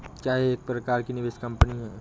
क्या यह एक प्रकार की निवेश कंपनी है?